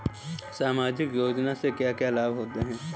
सामाजिक योजना से क्या क्या लाभ होते हैं?